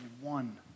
one